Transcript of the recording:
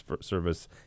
service